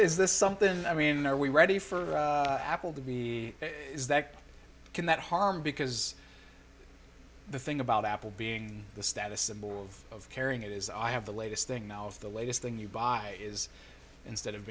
is this something i mean are we ready for apple to be is that can that harm because the thing about apple being the status symbol of carrying it is i have the latest thing now of the latest thing you buy is instead of